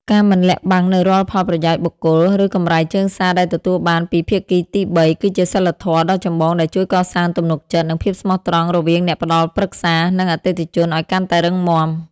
ការមិនលាក់បាំងនូវរាល់ផលប្រយោជន៍បុគ្គល ឬកម្រៃជើងសារដែលទទួលបានពីភាគីទីបី គឺជាសីលធម៌ដ៏ចម្បងដែលជួយកសាងទំនុកចិត្ត និងភាពស្មោះត្រង់រវាងអ្នកផ្ដល់ប្រឹក្សា និងអតិថិជនឱ្យកាន់តែរឹងមាំ។